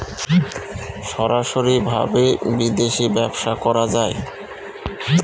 সরাসরি ভাবে বিদেশী ব্যবসা করা যায়